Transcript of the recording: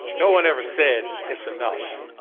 no one ever said it's enough.